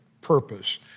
purpose